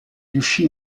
riuscì